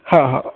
हा हा